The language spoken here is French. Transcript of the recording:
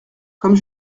comme